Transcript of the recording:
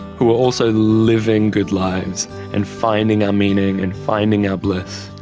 who are also living good lives and finding our meaning and finding our bliss.